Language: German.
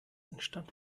entstand